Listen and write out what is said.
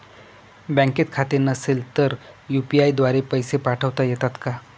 बँकेत खाते नसेल तर यू.पी.आय द्वारे पैसे पाठवता येतात का?